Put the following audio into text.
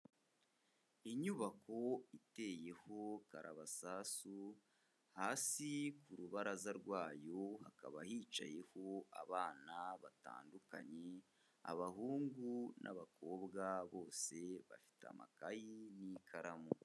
Inyubako iteyeho karabasasu, hasi ku rubaraza rwayo hakaba hicayeho abana batandukanye, abahungu n'abakobwa bose bafite amakayi n'ikaramu.